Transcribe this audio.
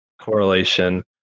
correlation